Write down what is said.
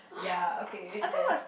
ya okay then